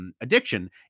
Addiction